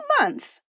months